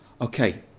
Okay